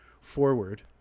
forward